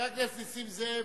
חבר הכנסת נסים זאב,